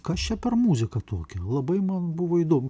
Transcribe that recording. kas čia per muzika tokia labai man buvo įdomu